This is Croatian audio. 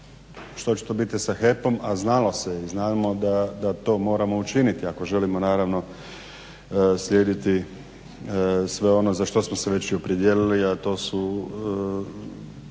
što će to biti sa HEP-om a znalo se i znamo da to moramo učiniti ako želimo naravno slijediti sve ono za što smo se već i opredijelili, a to su